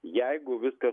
jeigu viskas